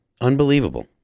unbelievable